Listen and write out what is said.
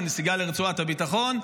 הנסיגה לרצועת הביטחון,